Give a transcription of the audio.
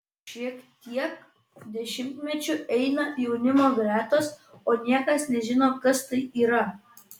šitiek dešimtmečių eina jaunimo gretos o niekas nežino kas tai yra